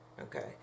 Okay